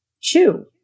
chew